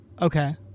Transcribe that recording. Okay